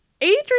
Adrian